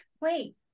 Wait